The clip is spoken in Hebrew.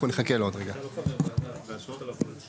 שאנחנו מכבדים את האופוזיציה שלנו אנחנו